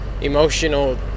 emotional